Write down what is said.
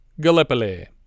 Gallipoli